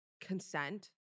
consent